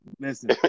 listen